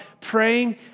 praying